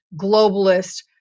globalist